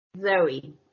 Zoe